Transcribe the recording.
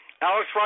Alex